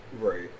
Right